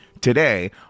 today